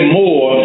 more